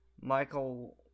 Michael